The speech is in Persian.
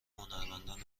هنرمندان